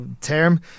term